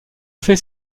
fait